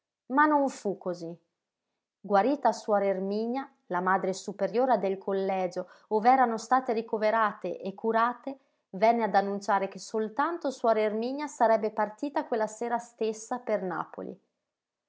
ma non fu cosí guarita suor erminia la madre superiora del collegio ov'erano state ricoverate e curate venne ad annunciare che soltanto suor erminia sarebbe partita quella sera stessa per napoli